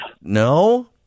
No